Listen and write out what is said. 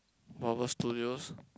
Marvel-Studios